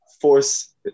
force